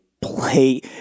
play